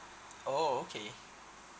oh okay